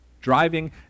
Driving